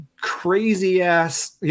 crazy-ass